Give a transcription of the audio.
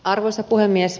arvoisa puhemies